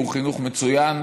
הוא חינוך מצוין.